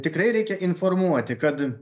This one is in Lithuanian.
tikrai reikia informuoti kad